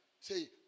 say